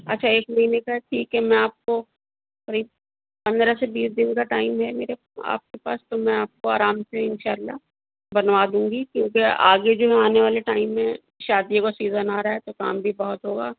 اچھا ایک مہینے کا ٹھیک ہے میں آپ کو قریب پندرہ سے بیس دن کا ٹائم ہے میرے آپ کے پاس تو میں آپ کو آرام سے انشاء اللہ بنوا دوں گی کیونکہ آگے جو ہے آنے والے ٹائم میں شادیوں کا سیزن آ رہا ہے تو کام بھی بہت ہوگا